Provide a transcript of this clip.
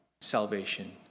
salvation